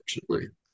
unfortunately